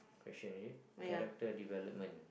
question it character development